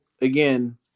again